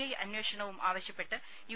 I അന്വേഷണവും ആവശ്യപ്പെട്ട് U